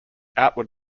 outward